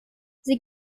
sie